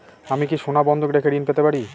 আমি কি সোনা বন্ধক রেখে ঋণ পেতে পারি?